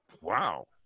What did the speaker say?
Wow